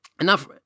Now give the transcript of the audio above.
enough